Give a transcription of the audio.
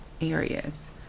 areas